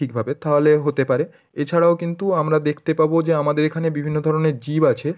ঠিকভাবে থাহলে হতে পারে এছাড়াও কিন্তু আমরা দেখতে পাবো যে আমাদের এখানে বিভিন্ন ধরনের জীব আছে